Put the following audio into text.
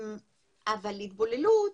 אבל התבוללות,